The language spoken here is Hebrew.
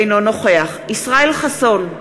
אינו נוכח ישראל חסון,